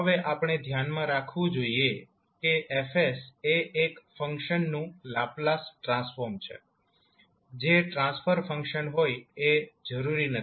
હવે આપણે ધ્યાનમાં રાખવું જોઈએ કે F એ એક ફંક્શનનું લાપ્લાસ ટ્રાન્સફોર્મ છે જે ટ્રાન્સફર ફંક્શન હોય એ જરૂરી નથી